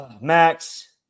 Max